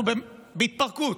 אנחנו בהתפרקות,